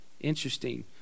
Interesting